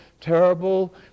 terrible